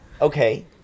okay